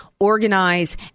organize